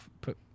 put